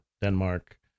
Denmark